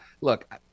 look